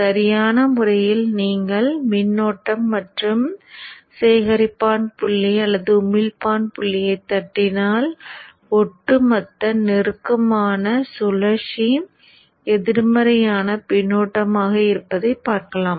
சரியான முறையில் நீங்கள் மின்னழுத்தம் மற்றும் சேகரிப்பான் புள்ளி அல்லது உமிழ்ப்பான் புள்ளியைத் தட்டினால் ஒட்டுமொத்த நெருக்கமான சுழற்சி எதிர்மறையான பின்னூட்டமாக இருப்பதைக் பார்க்கலாம்